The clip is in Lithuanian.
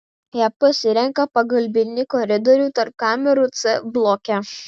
jie pasirenka pagalbinį koridorių tarp kamerų c bloke